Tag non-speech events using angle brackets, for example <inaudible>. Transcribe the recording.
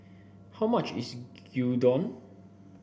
how much is <unintelligible> Gyudon